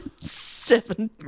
seven